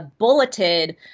bulleted